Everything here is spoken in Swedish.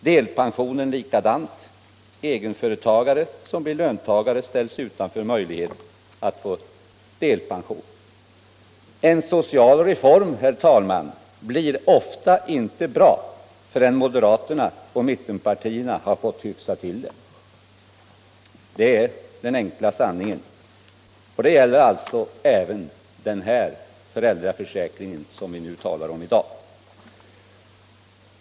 Delpensionen — likadant, egenföretagare som blir löntagare ställs utanför möjligheten att få delpension. En social reform, herr talman, blir ofta inte bra förrän moderaterna och mittenpartierna fått hyfsa till den. Det är den enkla sanningen, och det gäller även föräldraförsäkringen som vi talar om i dag.